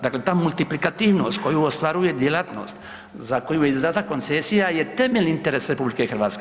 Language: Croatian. Dakle, ta multiplikativnost koju ostvaruje djelatnost za koju je izdata koncesija je temeljni interes RH.